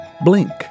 Blink